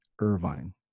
Irvine